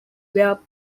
where